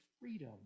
freedom